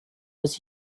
was